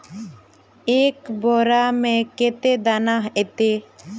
एक बोड़ा में कते दाना ऐते?